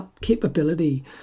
capability